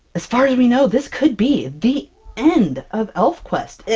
as far as we know this could be the end of elfquest!